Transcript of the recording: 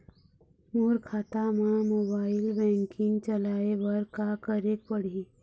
मोर खाता मा mobile banking चलाए बर का करेक पड़ही?